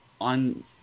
on